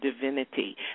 divinity